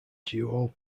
duo